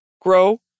grow